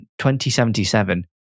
2077